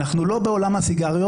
אנחנו לא בעולם הסיגריות.